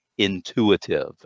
intuitive